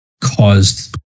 caused